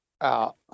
out